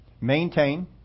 Maintain